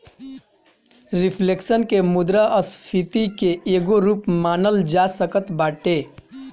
reflection के मुद्रास्फीति के एगो रूप मानल जा सकत बाटे